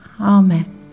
Amen